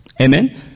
amen